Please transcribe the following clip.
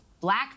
Black